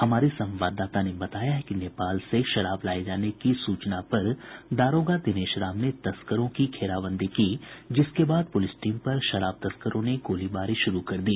हमारे संवाददाता ने बताया है कि नेपाल से शराब लाये जाने की सूचना पर दारोगा दिनेश राम ने तस्करों की घेराबंदी की जिसके बाद पुलिस टीम पर शराब तस्करों ने गोलीबारी शुरू कर दी